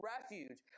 refuge